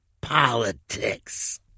politics